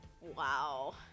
Wow